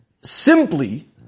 simply